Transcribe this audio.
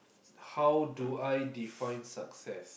how do I define success